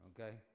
okay